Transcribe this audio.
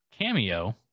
cameo